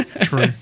True